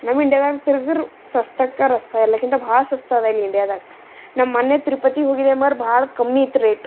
ನಮ್ಮ ಇಂಡಿಯಾದಾಗ ತಿರಗ್ರಿ ಸ್ವಸ್ತಕ್ಕ ರಸ್ತ ಎಲ್ಲಕ್ಕಿಂತ ಭಾಳ ಸಸ್ತಾದ ಇಲ್ಲಿ ಇಂಡಿಯಾದಾಗ ನಮ್ಮ ಮನೆ ತಿರುಪತಿಗೆ ಹೋಗಿದ್ದೆ ಮಾರು ಭಾಳ ಕಮ್ಮಿತ್ತು ರೇಟ್